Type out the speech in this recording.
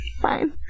fine